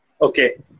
okay